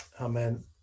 Amen